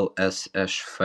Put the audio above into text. lsšf